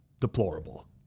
deplorable